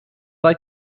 like